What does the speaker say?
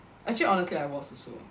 actually honestly I was also